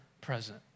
present